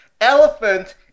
elephant